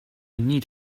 need